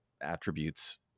attributes